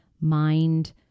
mind